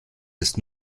des